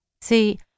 See